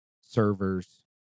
servers